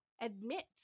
admits